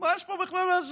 מה יש פה בכלל להשוות?